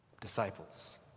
Disciples